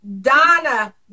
Donna